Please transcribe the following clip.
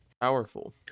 powerful